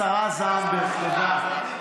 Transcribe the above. השרה זנדברג.